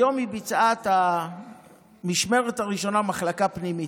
היום היא ביצעה את המשמרת הראשונה במחלקה הפנימית,